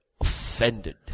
offended